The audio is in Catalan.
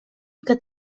que